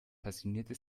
passionierte